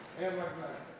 לשקר אין רגליים.